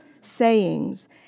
sayings